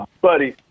buddy